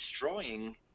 destroying